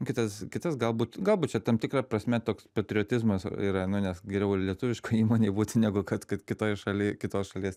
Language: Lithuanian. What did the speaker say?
kitas kitas galbūt galbūt čia tam tikra prasme toks patriotizmas yra nu nes geriau lietuviškoj įmonėj būti negu kad kad kitoj šaly kitos šalies